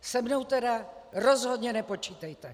Se mnou tedy rozhodně nepočítejte!